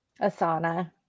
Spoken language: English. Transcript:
Asana